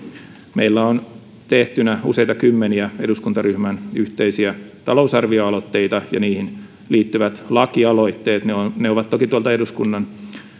meillä on tehtynä useita kymmeniä eduskuntaryhmän yhteisiä talousarvioaloitteita ja niihin liittyvät lakialoitteet ne ovat ne ovat toki tuolta eduskunnan